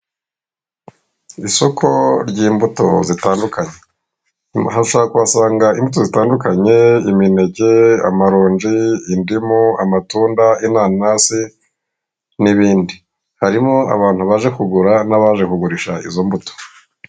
Isoko ry'imbuto zitandukanye, nyuma aha ushobora kuhasanga imbuto zitandukanye; iminege, amaronje, indimu, amatunda, inanasi n'ibindi, harimo abantu baje kugura n'abaje kugurisha izo mbuto.